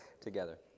together